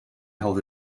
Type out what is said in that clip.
held